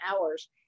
hours